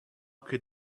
could